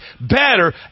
better